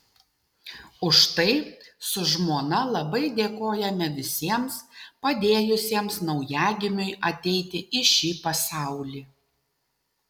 už tai su žmona labai dėkojame visiems padėjusiems naujagimiui ateiti į šį pasaulį